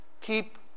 keep